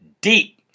deep